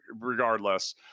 regardless